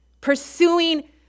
pursuing